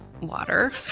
water